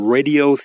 Radio